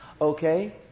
Okay